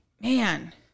man